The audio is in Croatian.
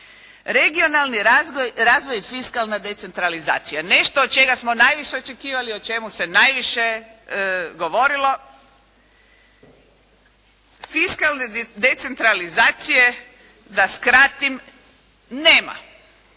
Regionalni razvoj je fiskalna decentralizacija, nešto od čega smo najviše očekivali, o čemu se najviše govorilo. Fiskalne decentralizacije, da skratim, nema.